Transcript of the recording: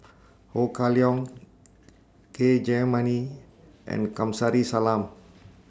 Ho Kah Leong K Jayamani and Kamsari Salam